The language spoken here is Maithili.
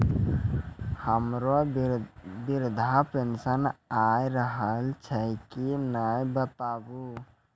हमर वृद्धा पेंशन आय रहल छै कि नैय बताबू?